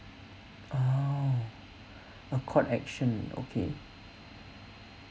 oh a court action okay